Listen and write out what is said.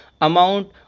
amount